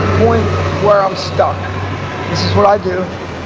point where i'm stuck. this is what i do.